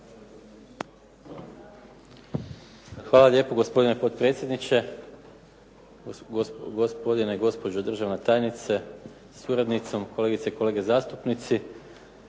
Hvala lijepo gospodine potpredsjedniče, gospodine, gospođo državna tajnice sa suradnicom, kolegice i kolege zastupnici.